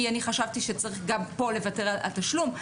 כי אני חשבתי שגם פה צריך לוותר על תשלום,